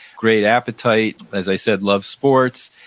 great appetite, as i said, loved sports,